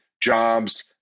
jobs